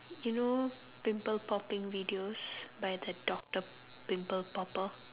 you know pimple popping videos by the doctor pimple popper